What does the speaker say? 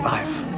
Life